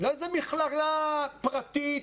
לא איזה מכללה פרטית,